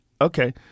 Okay